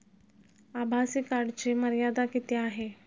आभासी कार्डची मर्यादा किती आहे?